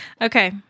Okay